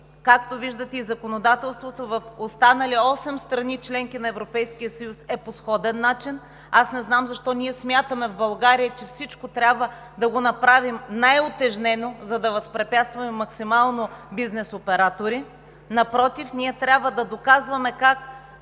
Както виждате и законодателството в останалите осем страни – членки на Европейския съюз, е по сходен начин. Аз не знам защо ние смятаме в България, че всичко трябва да го направим най-утежнено, за да възпрепятства максимално бизнес операторите. Напротив, ние трябва да доказваме как